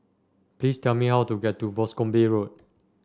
please tell me how to get to Boscombe Road